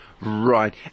Right